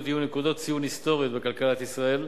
יהיו נקודות ציון היסטוריות בכלכלת ישראל,